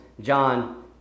John